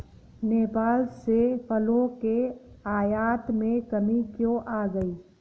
नेपाल से फलों के आयात में कमी क्यों आ गई?